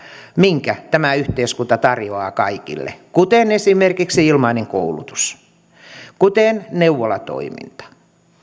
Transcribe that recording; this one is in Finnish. minkä tämä yhteiskunta tarjoaa kaikille kuten esimerkiksi ilmainen koulutus ja kuten neuvolatoiminta